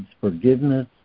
forgiveness